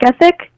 ethic